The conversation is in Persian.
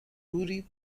توری